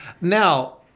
Now